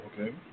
Okay